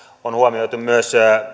on huomioitu myös